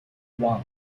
one